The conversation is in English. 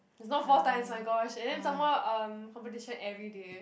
it's not four times my gosh and then some more um competition everyday eh